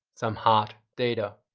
some hard data.